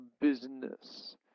business